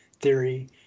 theory